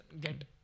get